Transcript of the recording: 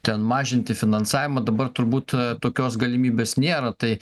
ten mažinti finansavimą dabar turbūt tokios galimybės nėra tai